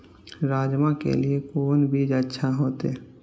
राजमा के लिए कोन बीज अच्छा होते?